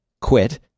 quit